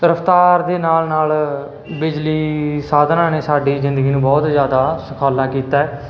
ਰਫਤਾਰ ਦੇ ਨਾਲ ਨਾਲ ਬਿਜਲੀ ਸਾਧਨਾਂ ਨੇ ਸਾਡੀ ਜ਼ਿੰਦਗੀ ਨੂੰ ਬਹੁਤ ਜਿਆਦਾ ਸੁਖਾਲਾ ਕੀਤਾ